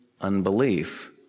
unbelief